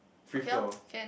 free flow